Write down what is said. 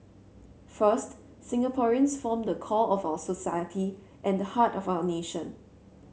first Singaporeans form the core of our society and the heart of our nation